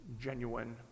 genuine